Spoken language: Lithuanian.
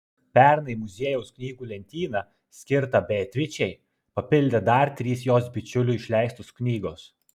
pernai muziejaus knygų lentyną skirtą beatričei papildė dar trys jos bičiulių išleistos knygos